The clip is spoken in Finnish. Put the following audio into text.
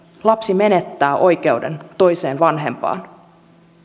lapsi menettää oikeuden toiseen vanhempaan